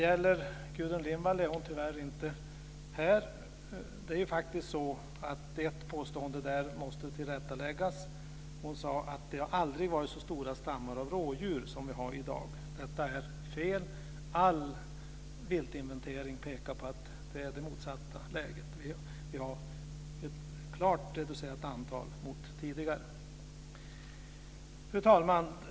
Gudrun Lindvall är tyvärr inte här. Hon gjorde ett påstående som måste tillrättaläggas. Hon sade att det aldrig har varit så stora stammar av rådjur som vi har i dag. Detta är fel. All viltinventering pekar på att läget är det motsatta. Antalet är klart reducerat jämfört med tidigare. Fru talman!